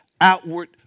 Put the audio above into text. outward